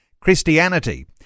Christianity